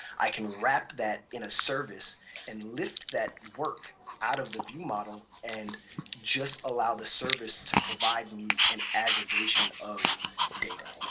i can wrap that in a service and lift that work out of the viewmodel and just allow the service to provide me an aggregation of data.